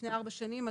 לפני ארבע שנים,